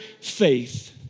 faith